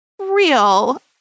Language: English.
real